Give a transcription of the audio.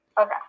okay